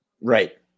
Right